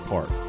Park